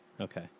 okay